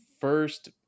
first